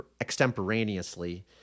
extemporaneously